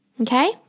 Okay